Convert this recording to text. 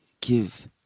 give